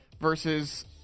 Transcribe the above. versus